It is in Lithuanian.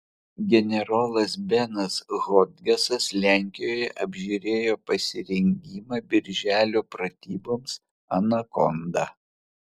generolas benas hodgesas lenkijoje apžiūrėjo pasirengimą birželio pratyboms anakonda